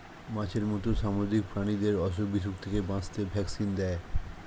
মাছের মত সামুদ্রিক প্রাণীদের অসুখ বিসুখ থেকে বাঁচাতে ভ্যাকসিন দেয়